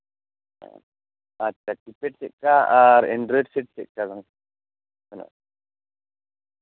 ᱟᱪᱪᱷᱟ ᱠᱤᱯᱮᱰ ᱪᱮᱫᱞᱮ ᱠᱟ ᱟᱨ ᱮᱱᱰᱨᱚᱭᱮᱰ ᱪᱮᱫ ᱞᱮᱠᱟ